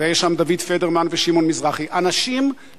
וישנם